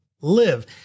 live